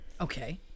Okay